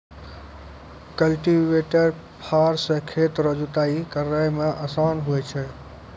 cultivator फार से खेत रो जुताइ करै मे आसान हुवै छै